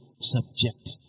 subject